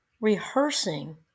rehearsing